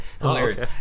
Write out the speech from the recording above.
hilarious